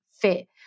fit